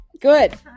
Good